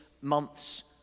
months